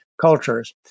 cultures